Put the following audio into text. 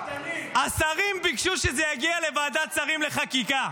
השרים ביקשו שזה יגיע לוועדת השרים לחקיקה.